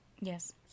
Yes